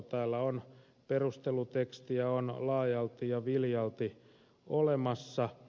täällä on perustelutekstiä laajalti ja viljalti olemassa